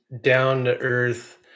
down-to-earth